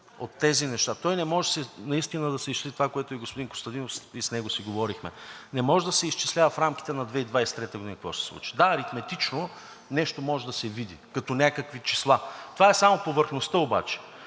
от тези неща, той не може наистина да се изчисли това, което и господин Костадинов и с него си говорехме. Не може да се изчислява в рамките на 2023 г. какво ще се случи. Да, аритметично нещо може да се види, като някакви числа, това е само повърхността обаче.